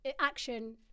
action